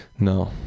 No